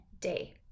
day